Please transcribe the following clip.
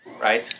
right